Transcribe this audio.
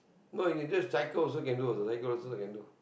no you can just cycle also can do also cycle also can do